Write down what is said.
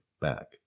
back